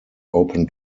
open